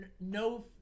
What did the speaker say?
no